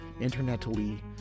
internetally